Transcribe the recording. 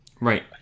Right